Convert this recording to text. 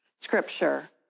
Scripture